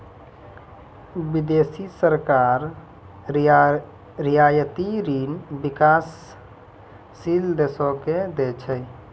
बिदेसी सरकार रियायती ऋण बिकासशील देसो के दै छै